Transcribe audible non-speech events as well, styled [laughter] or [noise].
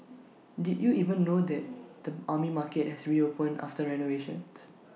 [noise] did you even know that the Army Market has reopened after renovations